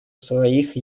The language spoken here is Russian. своих